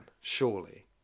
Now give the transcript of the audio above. Surely